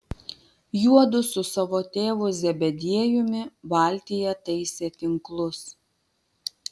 juodu su savo tėvu zebediejumi valtyje taisė tinklus